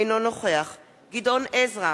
אינו נוכח גדעון עזרא,